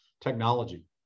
technology